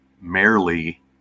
merely